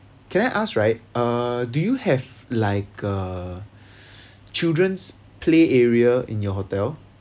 can I ask right uh do you have like a children's play area in your hotel